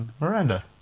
Miranda